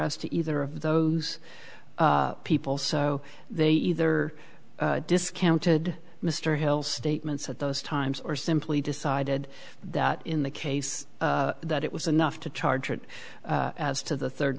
us to either of those people so they either discounted mr hill's statements at those times or simply decided that in the case that it was enough to charge it as to the third